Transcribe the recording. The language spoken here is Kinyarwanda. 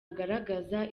agaragaza